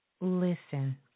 listen